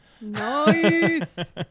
Nice